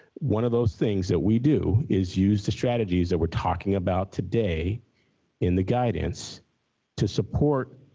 one of those things that we do is use the strategies that we're talking about today in the guidance to support